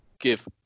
give